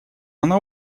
она